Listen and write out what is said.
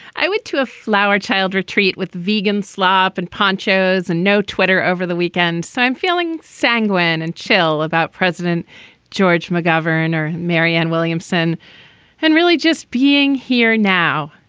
i went to a flower child retreat with vegan slop and ponchos and no twitter over the weekend so i'm feeling sanguine sanguine and chill about president george mcgovern or marianne williamson and really just being here now.